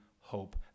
hope